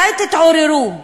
מתי תתעוררו?